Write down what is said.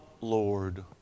Lord